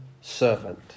servant